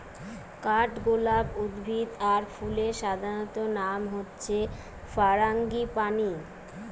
কাঠগোলাপ উদ্ভিদ আর ফুলের সাধারণ নাম হচ্ছে ফারাঙ্গিপানি